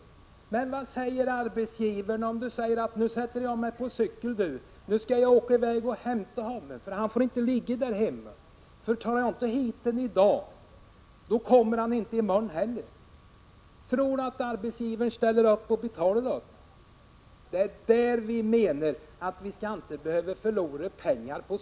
Vi tänker oss att Rune Gustavsson säger följande till sin arbetsgivare: ”Du, nu sätter jag mig på cykeln och åker i väg och hämtar honom, för han får inte ligga där hemma. Tar jag inte hit honom i dag, kommer han inte i morgon heller.” Vad säger arbetsgivaren i den situationen? Tror Rune Gustavsson att arbetsgivaren ställer upp? Det är sådant vi menar att man inte skall behöva förlora pengar på.